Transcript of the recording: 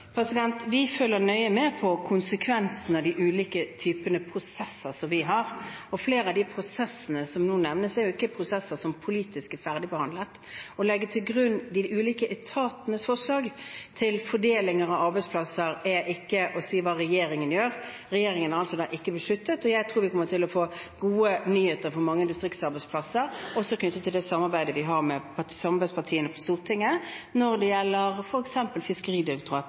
Vi følger nøye med på konsekvensene av de ulike typer prosesser vi har, og flere av de prosessene som nå nevnes, er jo ikke prosesser som politisk er ferdigbehandlet. Å legge til grunn de ulike etatenes forslag til fordeling av arbeidsplasser, er ikke å si hva regjeringen gjør. Regjeringen har altså ikke besluttet noe. Og jeg tror vi kommer til å få gode nyheter for mange distriktsarbeidsplasser, også knyttet til det samarbeidet vi har med samarbeidspartiene på Stortinget, f.eks. når det gjelder